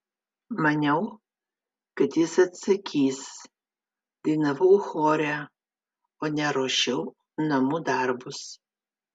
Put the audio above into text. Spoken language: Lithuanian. maniau kad jis atsakys dainavau chore o ne ruošiau namų darbus